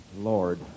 Lord